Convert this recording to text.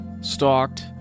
stalked